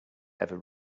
ever